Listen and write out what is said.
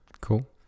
Cool